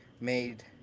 made